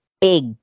big